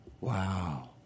Wow